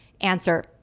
answer